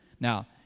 Now